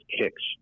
kicks